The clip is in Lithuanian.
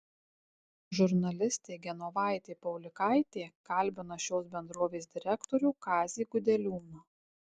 žurnalistė genovaitė paulikaitė kalbina šios bendrovės direktorių kazį gudeliūną